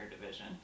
division